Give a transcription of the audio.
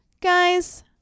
Guys